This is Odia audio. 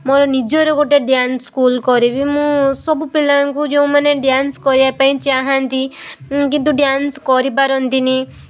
ମୋର ନିଜର ଗୋଟେ ଡ୍ୟାନ୍ସ ସ୍କୁଲ୍ କରିବି ମୁଁ ସବୁ ପିଲାଙ୍କୁ ଯେଉଁମାନେ ଡ୍ୟାନ୍ସ କରିବା ପାଇଁ ଚାହାନ୍ତି କିନ୍ତୁ ଡ୍ୟାନ୍ସ କରିପାରନ୍ତିନି